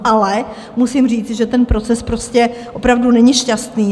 Ale musím říci, že ten proces opravdu není šťastný.